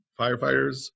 firefighters